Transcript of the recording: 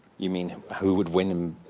you mean, who would win?